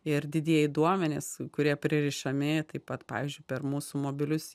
ir didieji duomenys kurie pririšami taip pat pavyzdžiui per mūsų mobilius